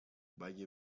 valle